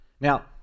Now